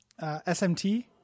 SMT